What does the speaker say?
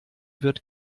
wird